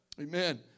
amen